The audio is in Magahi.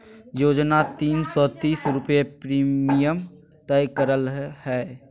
योजना तीन सो तीस रुपये प्रीमियम तय करल गेले हइ